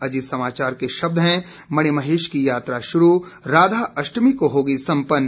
अजीत समाचार के शब्द हैं मणिमहेश की यात्रा शुरू राधाअष्टमी को होगी संपन्न